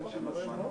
שצריך